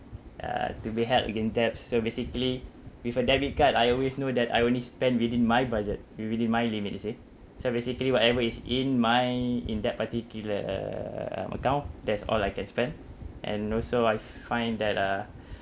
uh to be held against debts so basically with a debit card I always know that I only spend within my budget wi~ within my limit you see so basically whatever is in my in that particular um account that's all I can spend and also I find that uh